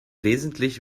wesentlich